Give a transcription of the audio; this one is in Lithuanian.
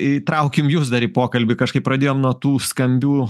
įtraukim jus dar į pokalbį kažkaip pradėjom nuo tų skambių